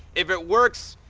if it works,